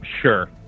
sure